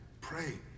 pray